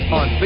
on